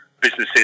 businesses